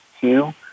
two